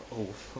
oh f~